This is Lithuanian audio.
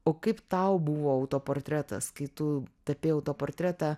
o kaip tau buvo autoportretas kai tu tapei autoportretą